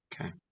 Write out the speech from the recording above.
Okay